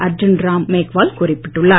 அர்ஜூன் ராம் மேக்வால் குறிப்பிட்டுள்ளார்